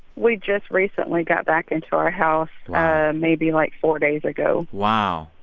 we just recently got back into our house maybe like four days ago wow.